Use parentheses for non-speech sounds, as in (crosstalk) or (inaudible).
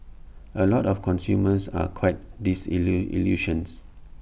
A lot of consumers are quite (unintelligible) illusions